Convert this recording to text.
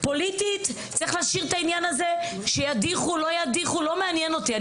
פוליטית צריך להשאיר את העניין הזה שידיחו לא ידיחו לא מעניין אותי.